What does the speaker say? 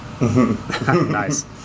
Nice